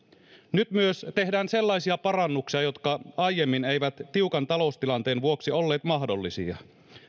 nyt myös tehdään sellaisia parannuksia jotka aiemmin eivät tiukan taloustilanteen vuoksi olleet mahdollisia